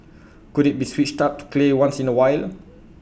could IT be switched up to clay once in A while